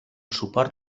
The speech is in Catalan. suport